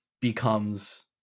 becomes